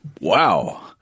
Wow